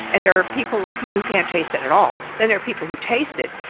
and there are people like me who can't taste it at all and there are people who taste it,